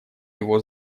его